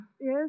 Yes